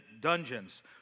dungeons